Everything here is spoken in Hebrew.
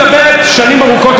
וגם אתה יודע זאת,